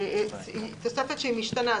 תוספת שהיא משתנה.